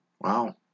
Wow